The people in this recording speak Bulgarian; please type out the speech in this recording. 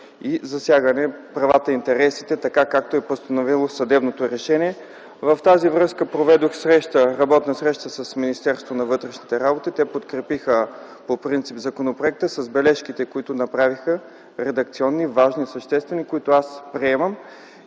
и засягане правата и интересите, така както е постановило съдебното решение. В тази връзка проведох работна среща с Министерството на вътрешните работи. Те подкрепиха по принцип законопроекта с бележките, които направиха – редакционни, важни, съществени, които аз приемам